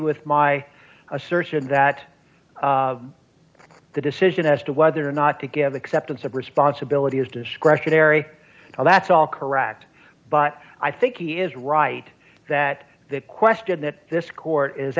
with my assertion that the decision as to whether or not to give acceptance of responsibility is discretionary and that's all correct but i think he is right that the question that this court is